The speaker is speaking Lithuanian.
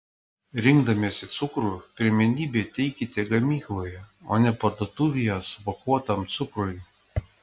rinkdamiesi cukrų pirmenybę teikite gamykloje o ne parduotuvėje supakuotam cukrui